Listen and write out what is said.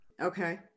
Okay